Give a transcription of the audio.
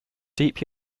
deep